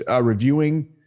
reviewing